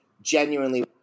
genuinely